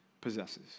possesses